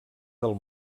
del